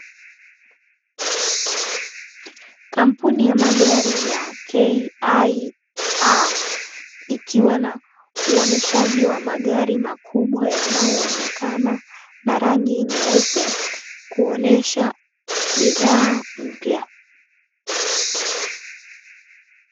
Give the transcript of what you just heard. Kampuni ya magari aina ya K.I.A ikiwa na uoneshaji wa magari makubwa yanayoomekana ya rangi nyeupe, kuonesha bidhaa mpya.